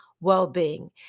well-being